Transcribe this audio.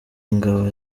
ingabo